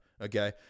Okay